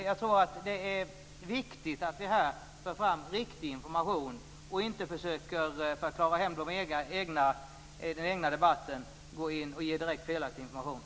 Jag tror att det är viktigt att vi här för fram riktig information, och inte för att försöka klara av den egna debatten går ut och ger direkt felaktig information.